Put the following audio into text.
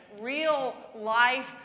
real-life